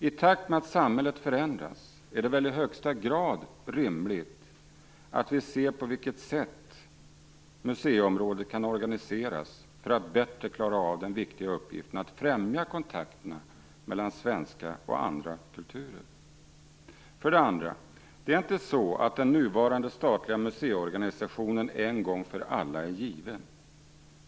I takt med att samhället förändras, är det väl i högsta grad rimligt att vi ser på hur museiområdet kan organiseras för att bättre klara av den viktiga uppgiften att främja kontakterna mellan den svenska kulturen och andra kulturer? För det andra: Det är inte så att den nuvarande statliga museiorganisationen en gång för alla är given.